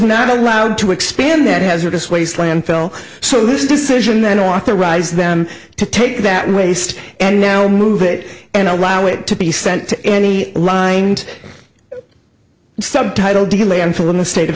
not allowed to expand that hazardous waste landfill so this decision that authorized them to take that waste and now move it and allow it to be sent to any rind subtitle delian for the state of